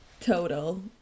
total